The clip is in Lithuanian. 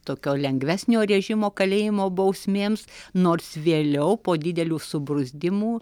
tokio lengvesnio režimo kalėjimo bausmėms nors vėliau po didelių subruzdimų